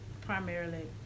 primarily